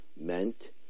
meant